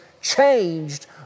changed